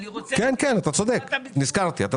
אני עשיתי את